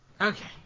okay